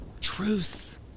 Truth